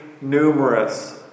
numerous